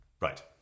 Right